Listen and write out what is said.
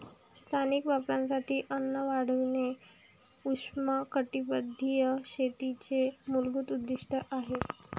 स्थानिक वापरासाठी अन्न वाढविणे उष्णकटिबंधीय शेतीचे मूलभूत उद्दीष्ट आहे